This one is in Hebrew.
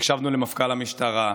הקשבנו למפכ"ל המשטרה,